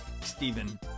Stephen